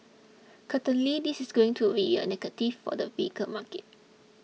certainly this is going to be a negative for the vehicle market